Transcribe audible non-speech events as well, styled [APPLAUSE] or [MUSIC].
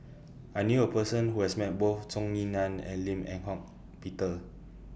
[NOISE] I knew A Person Who has Met Both Zhou Ying [NOISE] NAN and Lim Eng Hock Peter